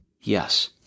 Yes